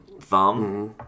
thumb